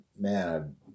man